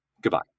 goodbye